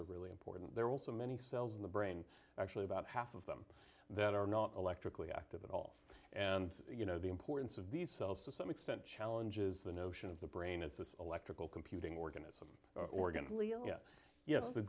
are really important there are also many cells in the brain actually about half of them that are not electrically active at all and you know the importance of these cells to some extent challenges the notion of the brain is this electrical computing organism organ lilja yes the